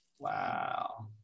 Wow